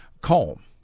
calm